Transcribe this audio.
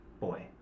boy